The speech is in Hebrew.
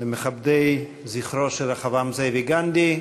למכבדי זכרו של רחבעם זאבי, גנדי.